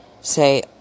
Say